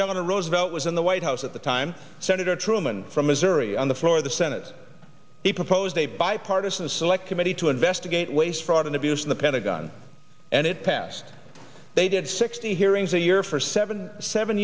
delano roosevelt was in the white house at the time senator truman from missouri on the floor of the senate he proposed a bipartisan select committee to investigate waste fraud and abuse in the pentagon and it passed they did sixty hearings a year for seven seven